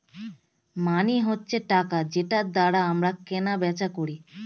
মানি হচ্ছে টাকা যেটার দ্বারা আমরা কেনা বেচা করি